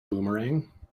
boomerang